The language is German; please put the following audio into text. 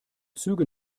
züge